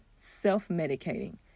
self-medicating